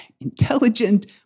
intelligent